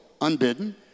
unbidden